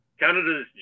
Canada's